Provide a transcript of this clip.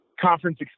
conference